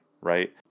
right